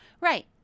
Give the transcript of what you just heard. Right